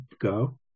go